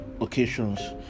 occasions